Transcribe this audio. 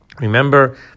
Remember